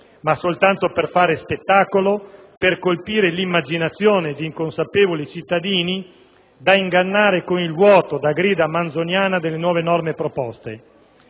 ma soltanto per fare spettacolo, per colpire l'immaginazione di inconsapevoli cittadini da ingannare con il vuoto, da grida manzoniane, delle nuove norme proposte.